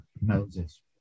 Moses